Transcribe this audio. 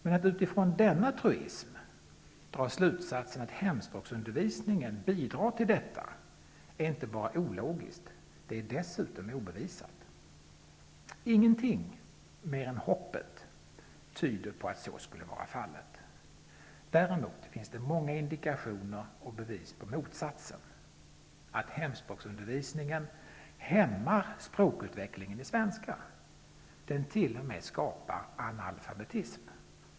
Men att utifrån denna truism dra slutsatsen att hemspråksundervisningen bidrar till detta är inte bara ologiskt; det är dessutom obevisat. Ingenting -- mer än hoppet -- tyder på att så skulle vara fallet. Däremot finns det många indikationer och bevis på motsatsen, att hemspråksundervisningen hämmar språkutvecklingen i svenska. Den t.o.m. skapar analfabetism.